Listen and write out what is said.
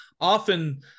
Often